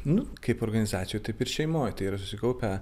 nu kaip organizacijoj taip ir šeimoj tai yra susikaupę